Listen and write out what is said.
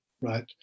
right